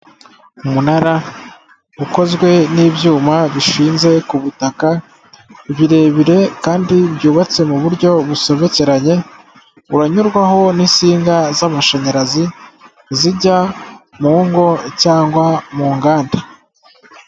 Umunara ukozwe n'ibyuma bishinze ku butaka birebire kandi byubatse mu buryo busobekeranye, uranyurwaho n'insinga z'amashanyarazi zijya mu ngo cyangwa mu nganda.